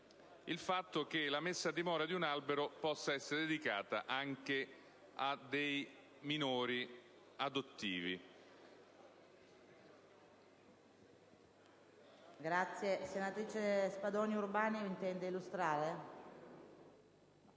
che la messa a dimora di un albero possa essere dedicata anche a minori adottati.